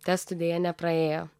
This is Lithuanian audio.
testų deja nepraėjo